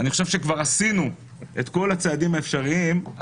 אני חושב שכבר עשינו את כל הצעדים האפשריים.